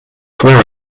swear